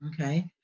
Okay